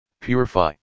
purify